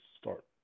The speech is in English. start